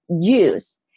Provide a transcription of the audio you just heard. use